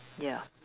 ya